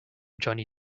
johnnie